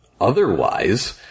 otherwise